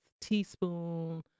Teaspoon